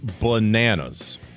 bananas